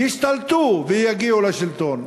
ישתלטו ויגיעו לשלטון.